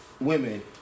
women